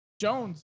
Jones